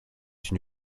une